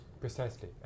Precisely